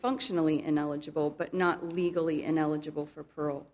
functionally and knowledgeable but not legally and eligible for par